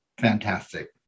fantastic